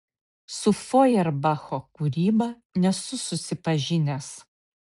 su fojerbacho kūryba nesu susipažinęs